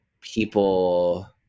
people